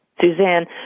Suzanne